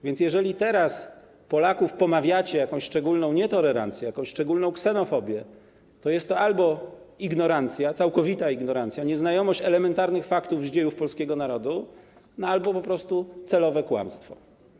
Więc jeżeli teraz pomawiacie Polaków o jakąś szczególną nietolerancję, jakąś szczególną ksenofobię, to jest to albo ignorancja, całkowita ignorancja, nieznajomość elementarnych faktów z dziejów polskiego narodu, albo po prostu celowe kłamstwo.